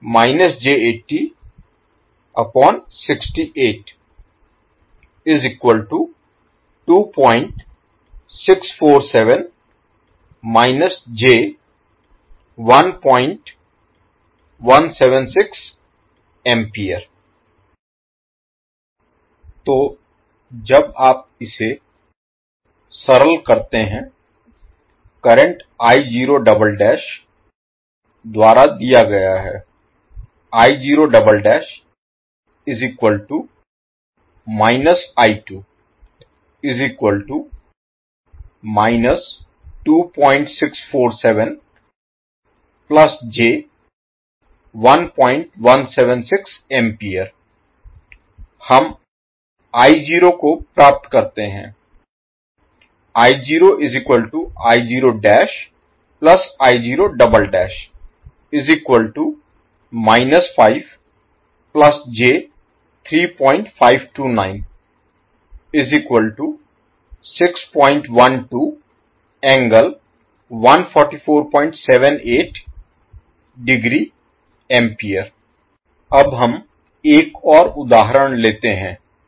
परंतु तो जब आप इसे सरल करते हैं करंट द्वारा दिया गया है हम को प्राप्त करते हैं अब हम एक और उदाहरण लेते हैं